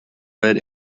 red